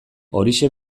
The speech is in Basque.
horixe